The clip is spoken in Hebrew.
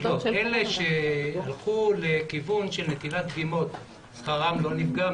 אלה שהלכו לכיוון של נטילת דגימות, שכרם לא נפגע.